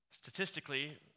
Statistically